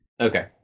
Okay